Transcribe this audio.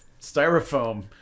styrofoam